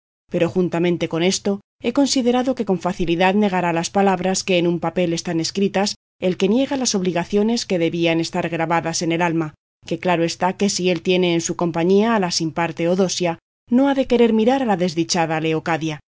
pero juntamente con esto he considerado que con facilidad negará las palabras que en un papel están escritas el que niega las obligaciones que debían estar grabadas en el alma que claro está que si él tiene en su compañía a la sin par teodosia no ha de querer mirar a la desdichada